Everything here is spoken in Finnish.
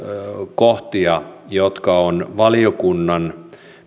kohtia jotka on valiokunnan